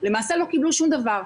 לא קיבלו שום דבר.